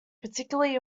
particularly